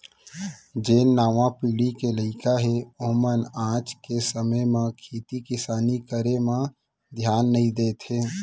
जेन नावा पीढ़ी के लइका हें ओमन आज के समे म खेती किसानी करे म धियान नइ देत हें